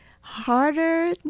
harder